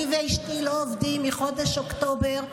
אני ואשתי לא עובדים מחודש אוקטובר,